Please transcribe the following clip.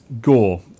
gore